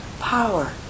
power